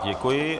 Děkuji.